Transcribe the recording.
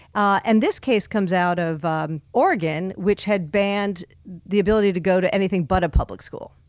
and this case comes out of oregon, which had banned the ability to go to anything but a public school.